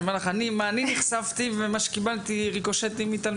אני אומר לך אני מה אני נחשפתי ומה שקיבלתי ריקושטים מתלמידים,